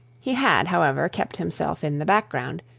he had, however, kept himself in the background,